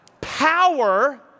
Power